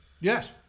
Yes